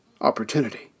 opportunity